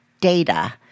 data